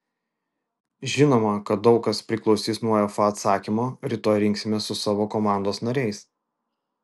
žinoma daug kas priklausys nuo uefa atsakymo rytoj rinksimės su savo komandos nariais